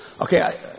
Okay